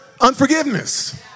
unforgiveness